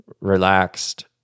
relaxed